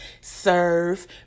serve